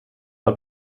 war